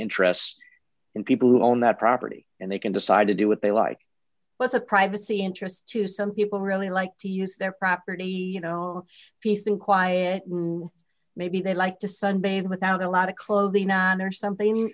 interests in people who own that property and they can decide to do what they like with a privacy interest to some people really like to use their property you know peace and quiet maybe they like to sunbathe without a lot of clothing or something